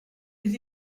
les